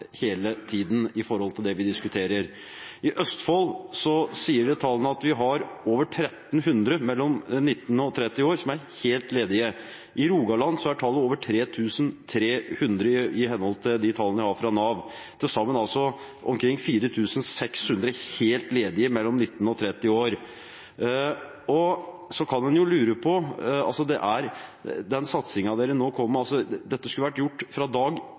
hele tiden når det gjelder det vi diskuterer. I Østfold sier tallene at vi har over 1 300 mellom 19 år og 30 år som er helt ledige. I Rogaland er tallet over 3 300 i henhold til de tallene jeg har fra Nav, altså til sammen omkring 4 600 helt ledige mellom 19 år og 30 år. Så kan man lure på – når det gjelder den satsingen man nå kommer med, skulle dette vært gjort fra dag